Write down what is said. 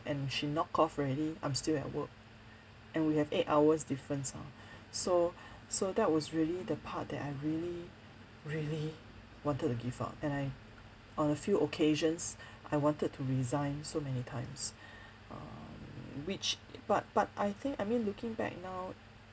and she knock off already I'm still at work and we have eight hours difference ah so so that was really the part that I really really wanted to give up and I on a few occasions I wanted to resign so many times um which but but I think I mean looking back now